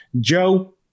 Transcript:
Joe